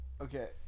Okay